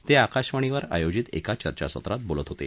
ते आकाशवाणीवर आयोजित एका चर्चासत्रात बोलत होते